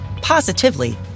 positively